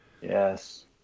yes